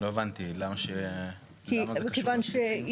מתי עושים בדיקות כאלה?